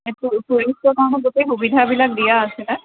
ট্যুৰিষ্টৰ কাৰণে গোটেই সুবিধাবিলাক দিয়া আছে